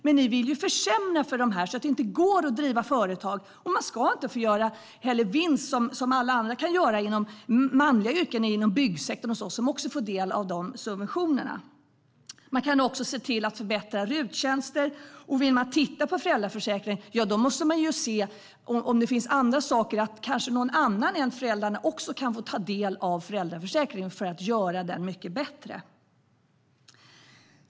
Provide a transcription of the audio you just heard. Men ni vill försämra för de här kvinnorna så att det inte går att driva företag, och man ska inte heller få göra vinst som alla andra kan göra inom manliga yrken inom byggsektorn, som också får del av de subventionerna. Man kan också se till att förbättra RUT-tjänster, och vill man titta på föräldraförsäkringen måste man se om det finns annat. Kanske kan någon annan än föräldrarna få ta del av föräldraförsäkringen, för att göra den mycket bättre.